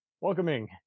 welcoming